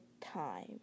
time